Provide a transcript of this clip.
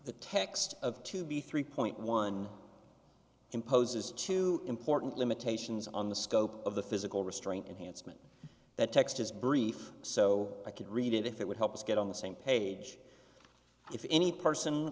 the text of to be three point one imposes two important limitations on the scope of the physical restraint enhancement that text is brief so i could read it if it would help us get on the same page if any person